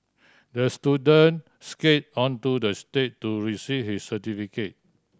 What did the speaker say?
the student skated onto the stage to receive his certificate